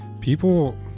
people